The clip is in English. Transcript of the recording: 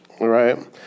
right